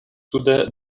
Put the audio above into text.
sude